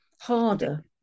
harder